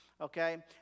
okay